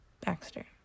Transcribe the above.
Baxter